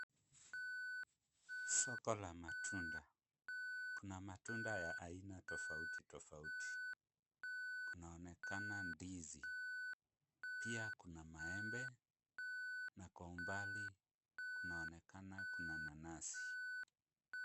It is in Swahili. Soko la matunda. Kuna matunda ya aina tofautitofauti. Kunaonekana ndizi, pia kuna maembe na kwa umbali kuna nanasi.